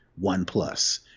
OnePlus